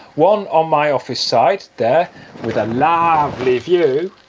one on my office side there with a lovely view